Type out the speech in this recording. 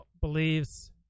believes